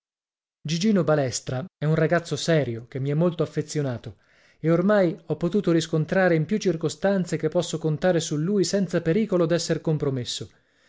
gigino balestra è un ragazzo serio che mi è molto affezionato e ormai ho potuto riscontrare in più circostanze che posso contare su lui senza pericolo d'esser compromesso